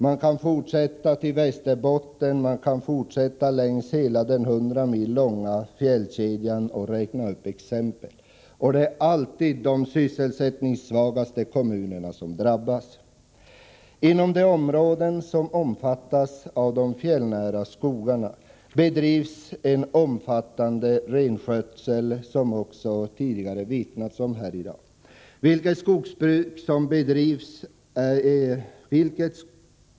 Man kan fortsätta till Västerbotten och längs hela den 100 mil långa fjällkedjan och räkna upp exempel. Det är alltid de sysselsättningssvagaste kommunerna som drabbas. Inom de områden som omfattas av de fjällnära skogarna bedrivs en betydande renskötsel, vilket också har omvittnats tidigare här i dag.